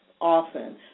often